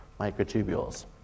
microtubules